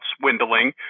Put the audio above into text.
swindling